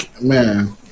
Man